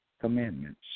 commandments